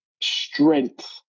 strength